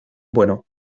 bueno